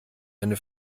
eine